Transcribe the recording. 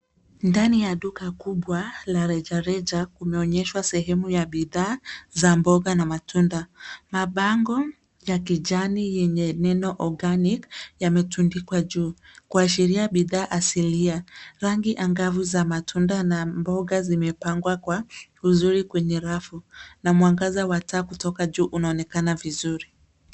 Ndani ya duka kubwa la rejareja kunaonyeshwa sehemu ya bidhaa za mboga na matunda. Mabango ya kijani yenye neno organic yametundikwa juu, kuashiria bidhaa asilia. Rangi angavu za matunda na mboga zimepangwa kwa uzuri kwenye rafu na mwangaza wa taa kutoka juu unaonekana vizuri.